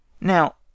now